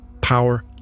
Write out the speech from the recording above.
power